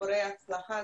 סיפורי הצלחה,